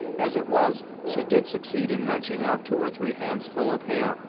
as it was, she did succeed in wrenching out two or three handsful of hair,